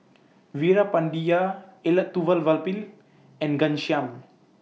Veerapandiya Elattuvalapil and Ghanshyam